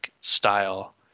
style